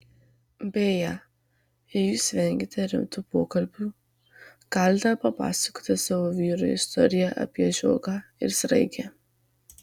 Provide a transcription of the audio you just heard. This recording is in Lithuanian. beje jei jūs vengiate rimtų pokalbių galite papasakoti savo vyrui istoriją apie žiogą ir sraigę